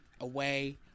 away